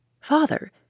Father